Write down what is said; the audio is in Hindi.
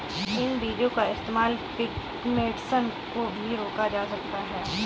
इन बीजो का इस्तेमाल पिग्मेंटेशन को भी रोका जा सकता है